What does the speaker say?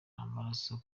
amaraso